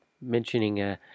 mentioning